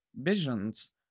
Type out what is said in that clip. visions